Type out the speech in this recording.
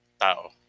tao